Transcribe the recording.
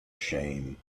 shame